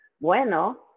bueno